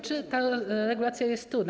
Czy ta regulacja jest trudna?